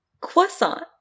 Croissant